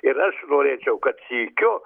ir aš norėčiau kad sykiu